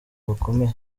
bakomeye